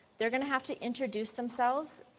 they are going to have to introduce themselves.